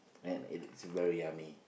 and it is very yummy